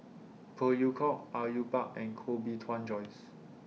Phey Yew Kok Au Yue Pak and Koh Bee Tuan Joyce